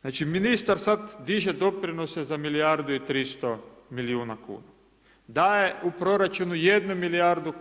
Znači, ministar sad diže doprinose za milijardu i 300 milijuna kuna, daje u proračunu 1 milijardu